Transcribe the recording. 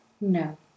No